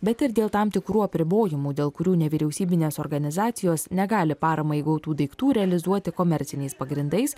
bet ir dėl tam tikrų apribojimų dėl kurių nevyriausybinės organizacijos negali paramai gautų daiktų realizuoti komerciniais pagrindais